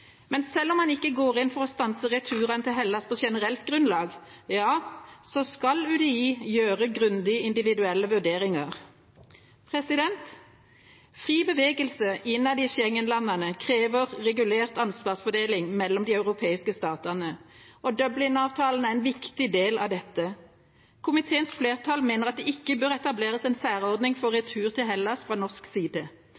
Men selv om man ikke går inn for å stanse returene til Hellas på generelt grunnlag, skal UDI gjøre grundige individuelle vurderinger. Fri bevegelse innad i Schengen-landene krever regulert ansvarsfordeling mellom de europeiske statene, og Dublin-avtalen er en viktig del av dette. Komiteens flertall mener at det ikke bør etableres en særordning for